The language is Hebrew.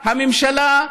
הממשלה?